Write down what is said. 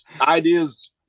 ideas